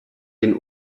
den